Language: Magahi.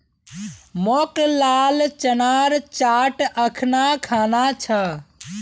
मोक लाल चनार चाट अखना खाना छ